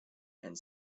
and